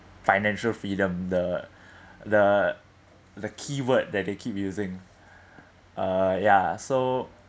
financial freedom the the the keyword that they keep using uh ya so